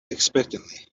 expectantly